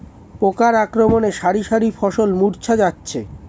পোকার আক্রমণে শারি শারি ফসল মূর্ছা যাচ্ছে